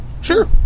Sure